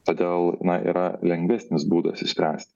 todėl na yra lengvesnis būdas išspręsti